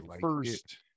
first